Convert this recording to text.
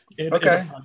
okay